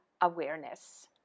awareness